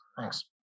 Thanks